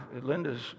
Linda's